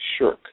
shirk